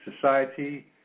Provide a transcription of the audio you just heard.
society